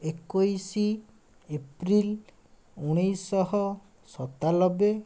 ଏକୋଇଶ ଏପ୍ରିଲ ଉଣେଇଶହ ସତାନବେ